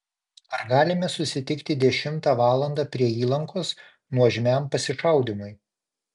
ar galime susitikti dešimtą valandą prie įlankos nuožmiam pasišaudymui